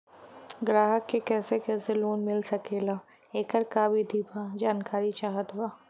ग्राहक के कैसे कैसे लोन मिल सकेला येकर का विधि बा जानकारी चाहत बा?